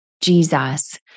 Jesus